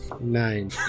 Nine